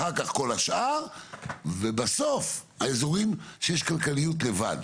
אחר כך כל השאר ובסוף האזורים שיש כלכליות לבד.